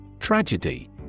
Tragedy